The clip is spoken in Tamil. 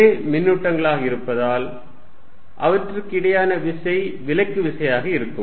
ஒரே மின்னூட்டங்கள் ஆக இருப்பதால் அவற்றிற்கு இடையேயான விசை விலக்கு விசையாக இருக்கும்